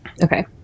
Okay